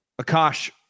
Akash